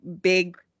big